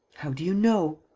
how do you know?